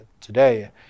today